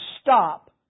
stop